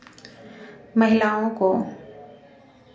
महिलाओं को